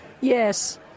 Yes